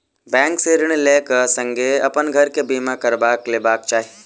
bank से ऋण लै क संगै अपन घर के बीमा करबा लेबाक चाही